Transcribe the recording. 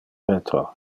retro